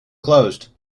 closed